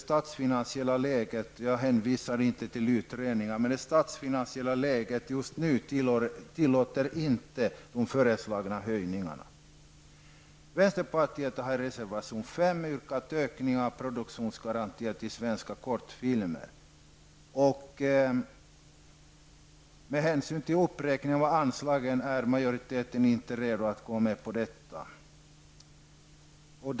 Jag hänvisar inte till utredningar, men det statsfinansiella läget tillåter just nu inte de föreslagna höjningarna. Vänsterpartiet har i reservation nr 5 yrkat på en ökning av produktionsgarantier till svenska kortfilmer. Med hänsyn till uppräkningen av anslagen är majoriteten inte redo att gå med på detta.